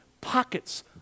pockets